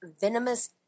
venomous